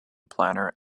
planner